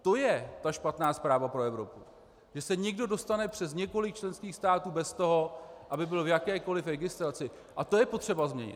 To je ta špatná zpráva pro Evropu, že se někdo dostane přes několik členských států bez toho, aby byl v jakékoliv registraci, a to je potřeba změnit.